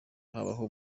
habaho